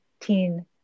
teen